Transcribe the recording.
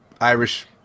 Irish